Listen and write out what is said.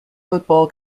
football